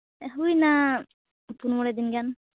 ᱦᱩᱭᱮᱱᱟ ᱯᱩᱱ ᱢᱚᱬᱮ ᱫᱤᱱ ᱜᱟᱱ